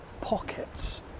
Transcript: pockets